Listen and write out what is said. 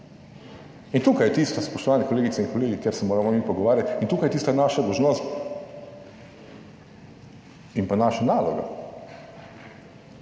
In tukaj je tisto, spoštovane kolegice in kolegi, kjer se moramo mi pogovarjati in tukaj je tista naša dolžnost in pa naša naloga,